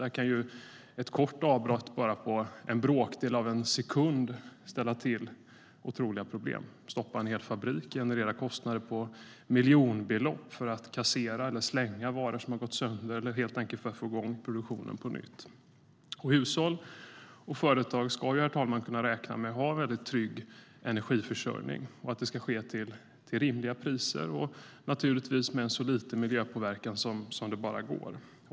Där kan ett kort avbrott på bara en bråkdel av en sekund ställa till otroliga problem. Det kan stoppa en hel fabrik och generera kostnader på miljonbelopp för att kassera eller slänga varor som har gått sönder eller helt enkelt för att få igång produktionen på nytt. Herr talman! Hushåll och företag ska kunna räkna med att ha en väldigt trygg energiförsörjning. Det ska ske till rimliga priser och naturligtvis med en så liten miljöpåverkan som det bara går.